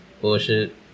bullshit